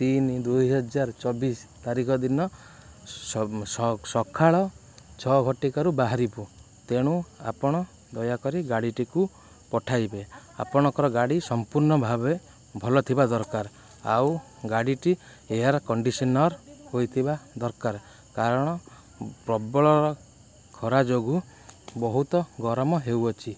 ତିନି ଦୁଇ ହଜାର ଚବିଶି ତାରିଖ ଦିନ ସକାଳ ଛଅ ଘଟିକାରୁ ବାହାରିବୁ ତେଣୁ ଆପଣ ଦୟାକରି ଗାଡ଼ିଟିକୁ ପଠାଇବେ ଆପଣଙ୍କର ଗାଡ଼ି ସମ୍ପୂର୍ଣ୍ଣଭାବେ ଭଲ ଥିବା ଦରକାର ଆଉ ଗାଡ଼ିଟି ଏୟାର୍ କଣ୍ଡିସନର୍ ହୋଇଥିବା ଦରକାର କାରଣ ପ୍ରବଳ ଖରା ଯୋଗୁଁ ବହୁତ ଗରମ ହେଉଅଛି